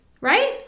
right